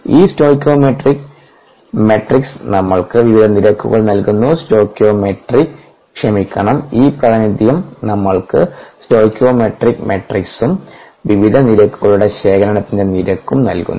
ഈ stoichiometric matrix നമ്മൾക്ക് വിവിധ നിരക്കുകൾ നൽകുന്നു സ്റ്റോകിയോമെട്രിക് മാട്രിക്സ് ക്ഷമിക്കണം ഈ പ്രാതിനിധ്യം നമ്മൾക്ക് സ്റ്റൈക്കിയോമെട്രിക് മാട്രിക്സും വിവിധ നിരക്കുകളും ശേഖരണത്തിന്റെ നിരക്കും നൽകുന്നു